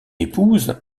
épouse